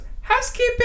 housekeeping